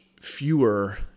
fewer